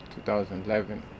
2011